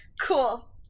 Cool